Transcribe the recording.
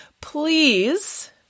please